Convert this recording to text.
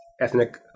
ethnic